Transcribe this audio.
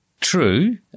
true